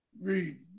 Read